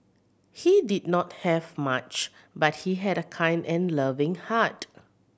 he did not have much but he had a kind and loving heart